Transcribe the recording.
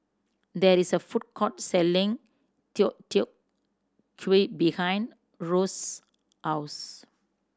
there is a food court selling Deodeok Gui behind Rose's house